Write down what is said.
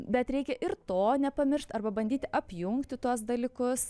bet reikia ir to nepamiršt arba bandyti apjungti tuos dalykus